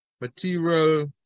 material